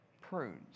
prunes